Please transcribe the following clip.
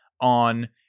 on